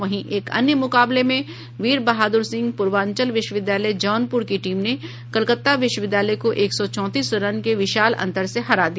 वहीं एक अन्य मुकाबले में वीर बहादुर सिंह प्र्वांचल विश्वविद्यालय जौनप्र की टीम ने कलकत्ता विश्वविद्यालय को एक सौ चौंतीस रन के विशाल अंतर से हरा दिया